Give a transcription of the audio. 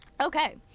Okay